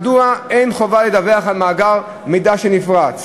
מדוע אין חובה לדווח על מאגר מידע שנפרץ?